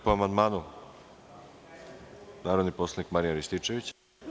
Po amandmanu narodni poslanik Marijan Rističević.